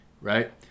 right